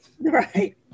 Right